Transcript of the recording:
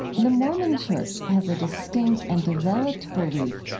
the mormon church has a distinct and developed belief,